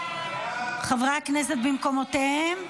חברי הכנסת במקומותיהם?